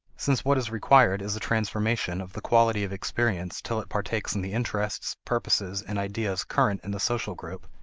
since what is required is a transformation of the quality of experience till it partakes in the interests, purposes, and ideas current in the social group,